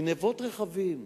גנבות רכבים,